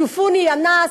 שופוני יא נאס,